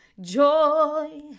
joy